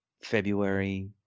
February